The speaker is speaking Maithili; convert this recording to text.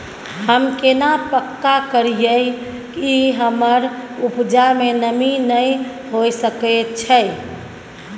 हम केना पक्का करियै कि हमर उपजा में नमी नय होय सके छै?